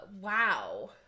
Wow